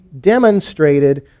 demonstrated